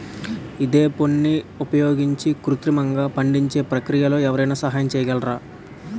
ఈథెఫోన్ని ఉపయోగించి కృత్రిమంగా పండించే ప్రక్రియలో ఎవరైనా సహాయం చేయగలరా?